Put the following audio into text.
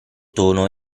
tono